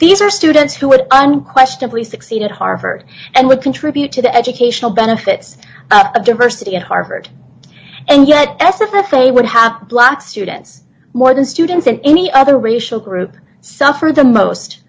are students who would unquestionably succeed at harvard and would contribute to the educational benefits of diversity at harvard and yet s if they would have black students more than students in any other racial group suffered the most